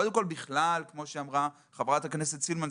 קודם כל כמו שאמרה חברת הכנסת סילמן,